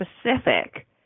specific